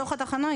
בתוך התחנה,